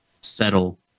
settle